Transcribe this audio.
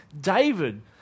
David